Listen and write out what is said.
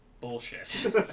Bullshit